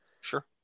Sure